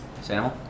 Sam